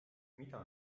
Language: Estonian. mida